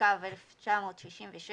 התשכ"ו 1966‏